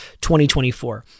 2024